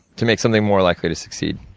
to make something more likely to succeed.